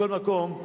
מכל מקום,